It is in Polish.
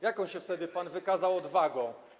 Jaką się wtedy pan wykazał odwagą?